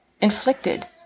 Inflicted